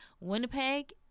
Winnipeg